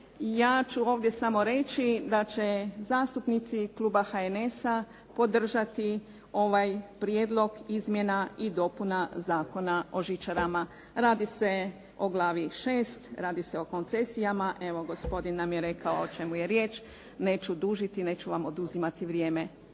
Ja ću ovdje samo reći da će zastupnici Kluba HNS-a podržati ovaj Prijedlog izmjena i dopuna Zakona o žičarama. Radi se o glavi 6, radi se o koncesijama. Evo gospodin nam je rekao o čemu je riječ. Neću dužiti, neću vam oduzimati vrijeme.